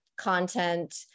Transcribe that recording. content